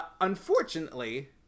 Unfortunately